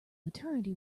maternity